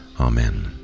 Amen